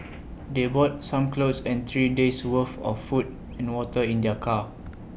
they brought some clothes and three days worth of food and water in their car